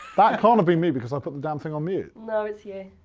that can't have been me, because i put the damn thing on mute. no it's you.